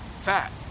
fat